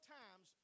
times